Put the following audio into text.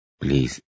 Please